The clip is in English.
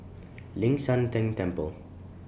Ling San Teng Temple